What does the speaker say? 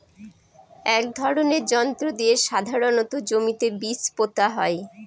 এক ধরনের যন্ত্র দিয়ে সাধারণত জমিতে বীজ পোতা হয়